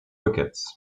wickets